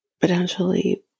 potentially